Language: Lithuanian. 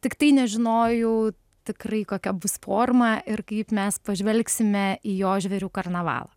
tiktai nežinojau tikrai kokia bus forma ir kaip mes pažvelgsime į jo žvėrių karnavalą